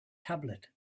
tablet